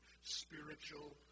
spiritual